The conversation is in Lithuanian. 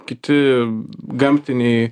kiti gamtiniai